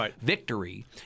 victory